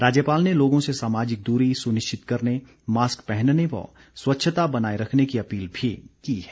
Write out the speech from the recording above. राज्यपाल ने लोगों से सामाजिक दूरी सुनिश्चित करने मास्क पहनने व स्वच्छता बनाए रखने की अपील भी की है